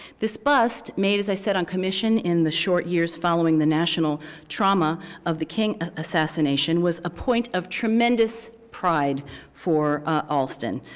this bust, made as i said on commission in the short years following the national trauma of the king assassination, was a point of tremendous pride for alston.